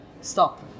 stop